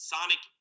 Sonic